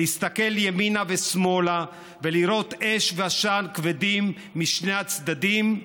להסתכל ימינה ושמאלה ולראות אש ועשן כבדים משני הצדדים?